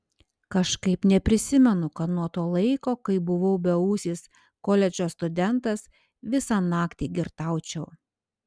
kažkaip neprisimenu kad nuo to laiko kai buvau beūsis koledžo studentas visą naktį girtaučiau